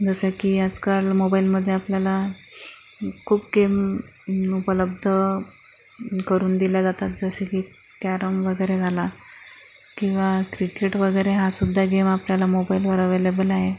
जसं की आजकाल मोबाईलमध्ये आपल्याला खूप गेम उपलब्ध करून दिल्या जातात जसं की कॅरम वगैरे झाला किंवा क्रिकेट वगैरे हासुद्धा गेम आपल्याला मोबाईलवर अव्हेलेबल आहे